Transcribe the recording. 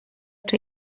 czy